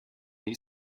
you